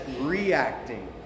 reacting